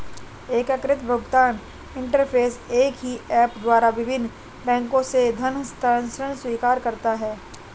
एकीकृत भुगतान इंटरफ़ेस एक ही ऐप द्वारा विभिन्न बैंकों से धन हस्तांतरण स्वीकार करता है